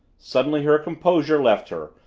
suddenly her composure left her,